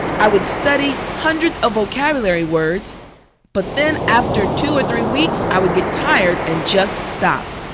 i would study hundreds of vocabulary words but then after two or three weeks i would get tired and just stop.